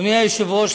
אדוני היושב-ראש,